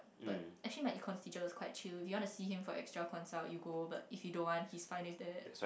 but actually my Econs teacher was quite chill you want to see him for extra consult you go but if you don't want he's fine with that